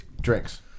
drinks